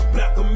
Black